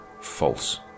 false